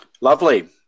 Lovely